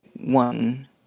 one